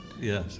Yes